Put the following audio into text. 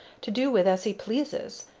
to do with as he pleases.